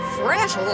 fresh